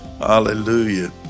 Hallelujah